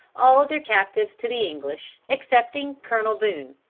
all their captives to the english, excepting colonel boone.